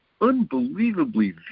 unbelievably